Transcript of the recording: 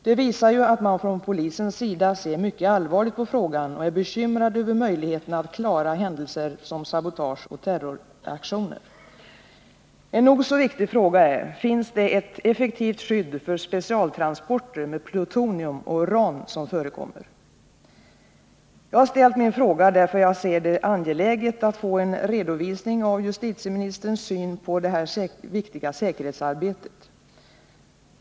Det visar att man från polisens sida ser mycket allvarligt på frågan och är bekymrad över möjligheterna att klara händelser som sabotage och terroraktioner. En nog så viktig fråga är: Finns det ett effektivt skydd för de specialtransporter med plutonium och uran som förekommer? Jag har ställt min fråga därför att jag ser det angeläget att få en redovisning av justitieministerns syn på detta viktiga säkerhetsarbete.